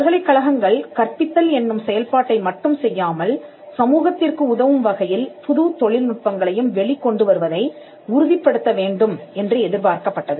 பல்கலைக்கழகங்கள் கற்பித்தல் என்னும் செயல்பாட்டை மட்டும் செய்யாமல் சமூகத்திற்கு உதவும் வகையில் புது தொழில்நுட்பங்களையும் வெளிக் கொண்டு வருவதை உறுதிப்படுத்த வேண்டும் என்று எதிர்பார்க்கப்பட்டது